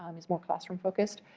um is more classroom focused.